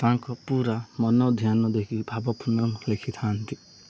ତାଙ୍କ ପୁରା ମନ ଧ୍ୟାନ ଦେଖି ଭାବପୂର୍ଣ୍ଣ ଲେଖିଥାନ୍ତି